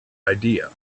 idea